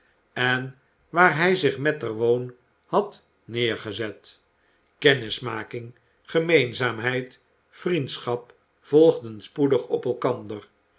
en waar hij zich metterwoon had neergezet kennismaking gemeenzaamheid vriendschap volgden spoedig op elkander